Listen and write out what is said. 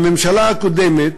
בממשלה הקודמת,